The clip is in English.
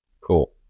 Cool